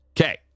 Okay